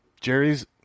Jerry's